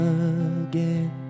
again